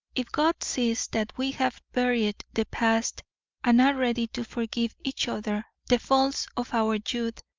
if god sees that we have buried the past and are ready to forgive each other the faults of our youth,